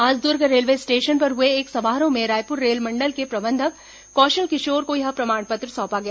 आज Durg railway station पर हुए एक समारोह में रायपुर रेलमंडल के प्रबंधक कौशल किशोर को यह प्रमाण पत्र सौंपा गया